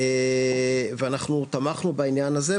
ואנחנו תמכנו בעניין הזה,